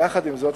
יחד עם זאת,